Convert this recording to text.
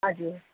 हजुर